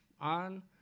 on